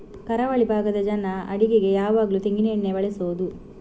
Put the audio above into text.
ಕರಾವಳಿ ಭಾಗದ ಜನ ಅಡಿಗೆಗೆ ಯಾವಾಗ್ಲೂ ತೆಂಗಿನ ಎಣ್ಣೆಯನ್ನೇ ಬಳಸುದು